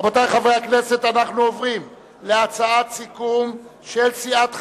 רבותי, אנחנו עוברים להצעת סיכום של סיעת חד"ש.